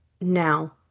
Now